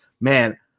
Man